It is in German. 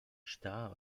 starr